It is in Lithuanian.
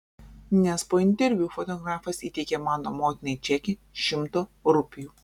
nes po interviu fotografas įteikė mano motinai čekį šimto rupijų